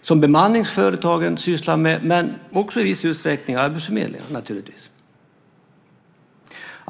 som bemanningsföretagen men naturligtvis också i viss utsträckning arbetsförmedlingarna sysslar med.